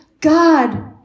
God